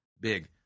big